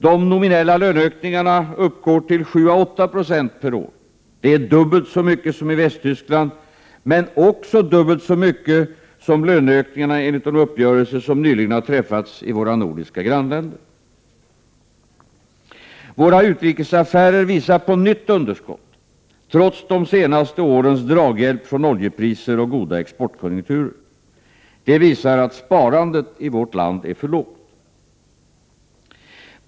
De nominella löneökningarna uppgår till 7-8 I per år, vilket är dubbelt så mycket som i Västtyskland, men också dubbelt så mycket som löneökningarna enligt de uppgörelser som nyligen har träffats i våra nordiska grannländer. - Våra utrikesaffärer visar på nytt underskott, trots de senaste årens draghjälp från oljepriser och goda exportkonjunkturer. Det visar att sparandet i vårt land är för lågt.